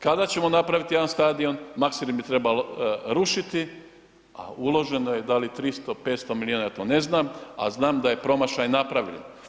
Kada ćemo napraviti jedan stadion, Maksimir bi trebalo rušiti, a uloženo je, da li 300, 500 milijuna, to ne znam, ali znam da je promašaj napravljen.